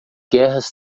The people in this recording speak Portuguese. guerras